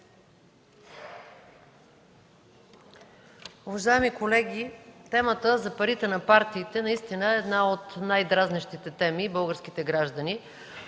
Благодаря.